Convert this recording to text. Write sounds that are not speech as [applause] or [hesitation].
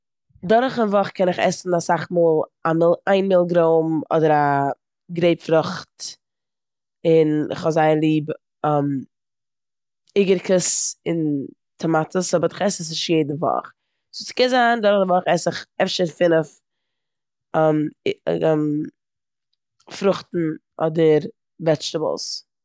דורכן וואך קען איך עסן אסאך מאל א מיל- איין מילגרוים אדער א גרעיפפרוכט און כ'האב זייער ליב [hesitation] אוגערקעס און טאמאטעס באט כ'עס עס נישט יעדע וואך. סאו ס'קען זיין דורך די וואך עס איך אפשר פינף [hesitation] אי- [hesitation] פרוכטן אדער וועדשטעבלס.